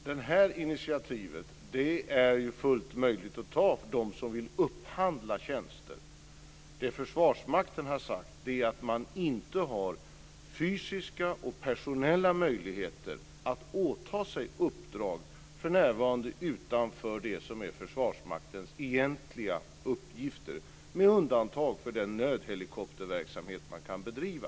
Herr talman! Det här initiativet är fullt möjligt att ta för dem som vill upphandla tjänster. Det Försvarsmakten har sagt är att man för närvarande inte har fysiska och personella möjligheter att åta sig uppdrag utanför det som är Försvarsmaktens egentliga uppgifter, med undantag för den nödhelikopterverksamhet man kan bedriva.